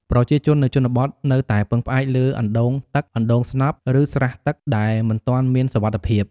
ប្រជាជននៅជនបទនៅតែពឹងផ្អែកលើអណ្ដូងទឹក អណ្ដូងស្នប់ ឬស្រះទឹកដែលមិនទាន់មានសុវត្ថិភាព។